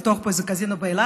לפתוח פה איזה קזינו באילת.